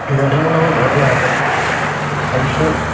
नोंथांमोनाबो बिहरनो हागोन सेमसुं